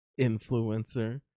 influencer